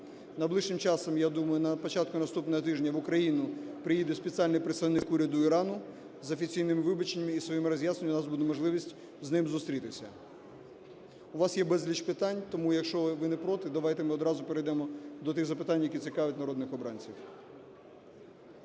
Найближчим часом, я думаю, на початку наступного тижня в Україну приїде спеціальний представник уряду Ірану з офіційним вибаченням і своїм роз'ясненням. У нас буде можливість з ним зустрітися. У вас є безліч питань. Тому, якщо ви не проти, давайте ми одразу перейдемо до тих запитань, які цікавлять народних обранців.